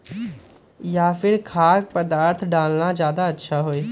या फिर खाद्य पदार्थ डालना ज्यादा अच्छा होई?